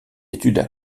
études